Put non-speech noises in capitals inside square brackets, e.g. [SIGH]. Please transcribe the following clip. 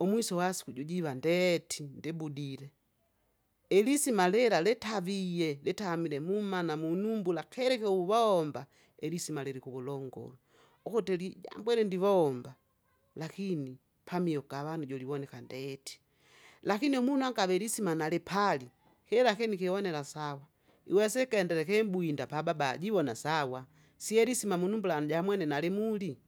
Umwisi uwaspidi ujiva ndeeti ndibudile, ilisima lila litavie, litamile mumana munumbula keri kyeuwomba, ilisima lilikukulongolu, [NOISE] ukuti li- jambo ili ndivomba, [NOISE] lakini pamie ukavani jolivoneka ndeti. Lakini umuna angale lisima nalipali, [NOISE] kila kinu kihonela sawa, iwese ikenele kimbwinda pababa jiwona sawa. [NOISE] Sieli sima munumbula anjamwene nalimuli,